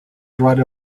dried